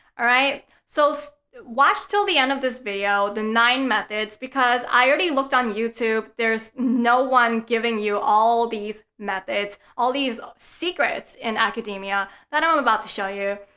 alright, so so watch until the end of this video on the nine methods. because i already looked on youtube, there's no one giving you all these methods, all these secrets in academia that i'm um about to show you.